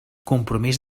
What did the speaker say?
compromís